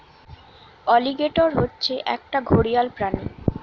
alligator হচ্ছে একটা ঘড়িয়াল প্রাণী